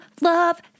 love